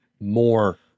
more